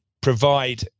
provide